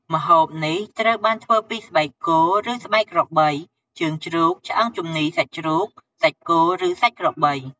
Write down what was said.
ម្ហូបនេះត្រូវបានធ្វើពីស្បែកគោឬស្បែកក្របី ជើងជ្រូក ឆ្អឹងជំនីសាច់ជ្រូក សាច់គោ ឬសាច់ក្របី។